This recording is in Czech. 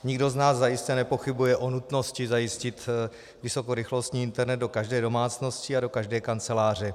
Nikdo z nás zajisté nepochybuje o nutnosti zajistit vysokorychlostní internet do každé domácnosti a do každé kanceláře.